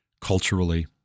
culturally